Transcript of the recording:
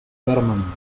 fermament